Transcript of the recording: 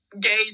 gay